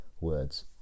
words